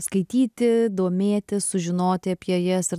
skaityti domėtis sužinoti apie jas ir